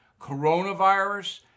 coronavirus